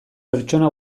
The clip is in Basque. pertsona